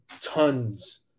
tons